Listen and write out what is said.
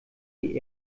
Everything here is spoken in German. die